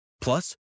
Plus